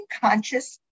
Conscious